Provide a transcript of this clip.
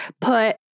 put